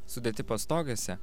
sudėti pastogėse